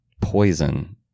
poison